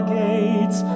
gates